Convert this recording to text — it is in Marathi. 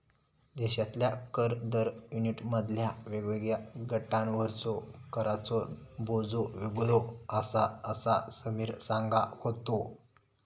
देशातल्या कर दर युनिटमधल्या वेगवेगळ्या गटांवरचो कराचो बोजो वेगळो आसा, असा समीर सांगा होतो